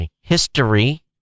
history